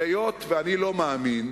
היות שאני לא מאמין,